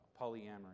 polyamory